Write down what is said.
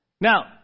Now